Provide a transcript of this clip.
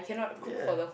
yeah